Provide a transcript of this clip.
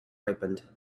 ripened